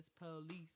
police